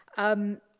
um,